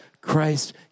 Christ